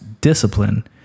discipline